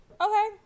Okay